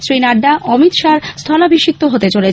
শ্রী নাড্ডা অমিত শাহর স্থলাভিষিক্ত হতে চলেছেন